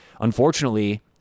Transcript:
unfortunately